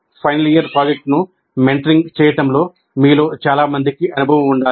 final year ప్రాజెక్ట్ను mentoring చేయడంలో మీలో చాలా మందికి అనుభవం ఉండాలి